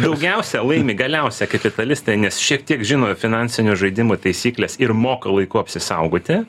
daugiausiai laimi galiausia kapitalistai nes šiek tiek žino finansinio žaidimo taisykles ir moka laiku apsisaugoti